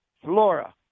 Flora